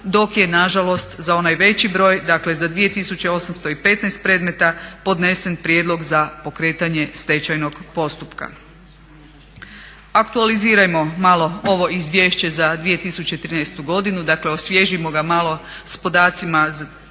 dok je nažalost za onaj veći broj dakle za 2815 predmeta podnesen prijedlog za pokretanje stečajnog postupka. Aktualizirajmo malo ovo izvješće za 2013. godinu, dakle osvježimo ga malo sa podacima